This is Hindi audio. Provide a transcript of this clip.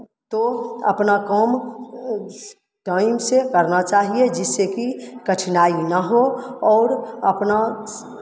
तो अपना काम टाइम से करना चाहिये जिससे कि कठिनाई ना हो और अपना